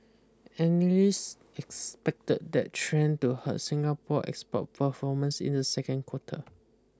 analysts expected that trend to hurt Singapore export performance in the second quarter